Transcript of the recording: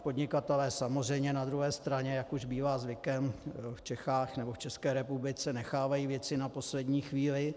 Podnikatelé samozřejmě na druhé straně, jak už bývá zvykem v České republice, nechávají věci na poslední chvíli.